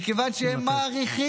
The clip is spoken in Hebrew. אלא מכיוון שהם מעריכים,